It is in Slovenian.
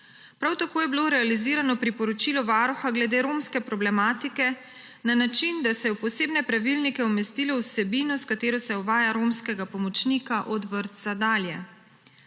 Prav tako je bilo realizirano priporočilo Varuha glede romske problematike na način, da se je v posebne pravilnike umestilo vsebino, s katero se uvaja romskega pomočnika od vrtca dalje.